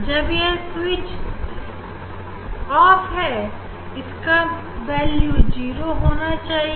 जब यह switch off है तो इसका वैल्यू 0 होना चाहिए